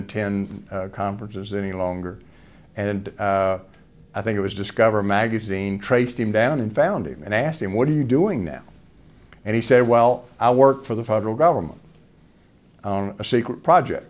attend conferences any longer and i think it was discover magazine traced him down and found him and i asked him what are you doing now and he said well i work for the federal government a secret project